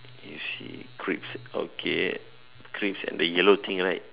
you see creeps okay creeps and the yellow thing right